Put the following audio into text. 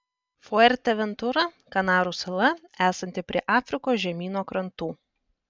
fuerteventura kanarų sala esanti prie afrikos žemyno krantų